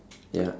ya